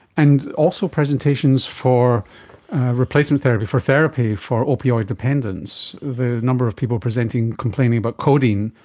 and also presentations for replacement therapy, for therapy for opioid dependence, the number of people presenting complaining about codeine,